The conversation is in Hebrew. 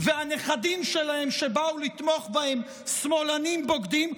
והנכדים שלהם שבאו לתמוך בהם "שמאלנים בוגדים",